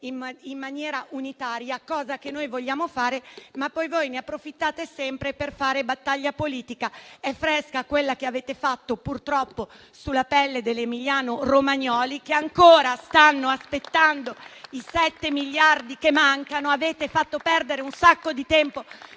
in maniera unitaria - cosa che noi vogliamo fare - ma poi voi ne approfittate sempre per fare battaglia politica. È fresca quella che avete fatto, purtroppo, sulla pelle degli emiliano-romagnoli, che ancora stanno aspettando i sette miliardi che mancano. Avete fatto perdere tantissimo tempo